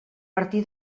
martí